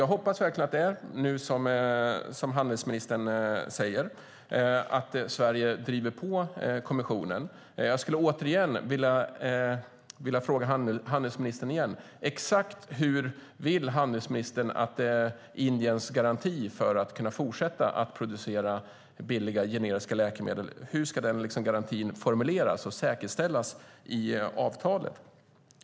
Jag hoppas verkligen att det nu är som handelsministern säger, att Sverige driver på kommissionen. Jag skulle återigen vilja fråga handelsministern exakt hur hon vill att Indiens garanti för att kunna fortsätta producera billiga generiska läkemedel ska formuleras och säkerställas i avtalet.